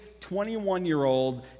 21-year-old